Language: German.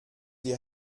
die